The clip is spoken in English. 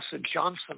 Johnson